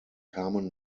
kamen